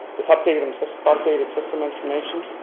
with updated um so so updated system information.